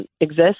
exist